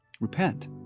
repent